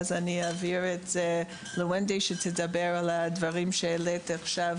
ואז וונדי תדבר על הדברים שהעלית עכשיו